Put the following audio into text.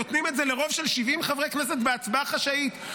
נותנים את זה לרוב של 70 חברי כנסת בהצבעה חשאית,